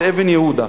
זה אבן-יהודה.